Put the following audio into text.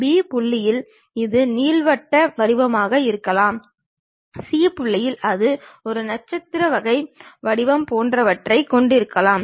B புள்ளியில் இது நீள்வட்ட நீள்வட்ட வடிவமாக இருக்கலாம் C புள்ளியில் அது ஒரு நட்சத்திர வகை வடிவம் போன்றவற்றைக் கொண்டிருக்கலாம்